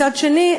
מצד שני,